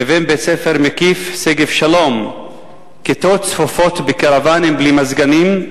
לבין בית-ספר מקיף "שגב שלום" כיתות צפופות בקרוונים בלי מזגנים,